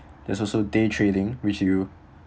there's also day trading which you